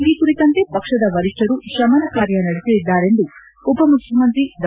ಈ ಕುರಿತಂತೆ ಪಕ್ಷದ ವರಿಷ್ಠರು ಶಮನ ಕಾರ್ಯ ನಡೆಸಲಿದ್ದಾರೆಂದು ಉಪಮುಖ್ಚಮಂತ್ರಿ ಡಾ